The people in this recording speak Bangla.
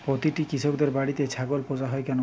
প্রতিটি কৃষকদের বাড়িতে ছাগল পোষা হয় কেন?